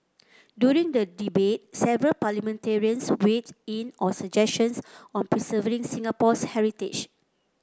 during the debate several parliamentarians weighed in on suggestions on preserving Singapore's heritage